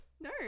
No